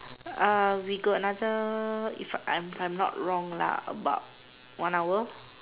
uh we got another if I'm I'm not wrong lah about one hour